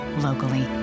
locally